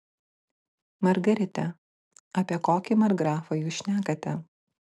margarita apie kokį markgrafą jūs šnekate